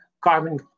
carbon